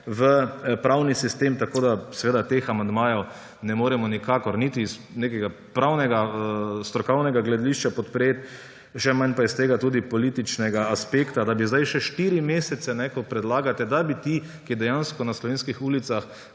v pravni sistem. Tako da seveda teh amandmajev ne moremo nikakor niti z nekega strokovnega, pravnega gledišča podpreti, še manj pa s političnega aspekta, da bi zdaj še štiri mesece, kot predlagate, ti, ki dejansko na slovenskih ulicah